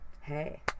hey